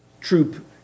troop